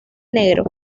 negro